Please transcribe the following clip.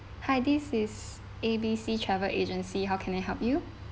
hi this is A_B_C travel agency how can I help you